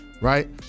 right